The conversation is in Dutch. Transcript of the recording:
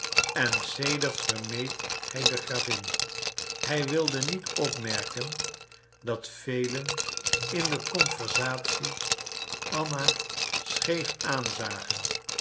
en sedert vermeed hij de gravin hij wilde niet opmerken dat velen in de conversatie anna scheef aanzagen